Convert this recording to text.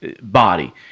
body